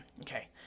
Okay